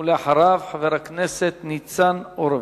ואחריו, חבר הכנסת ניצן הורוביץ.